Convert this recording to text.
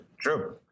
true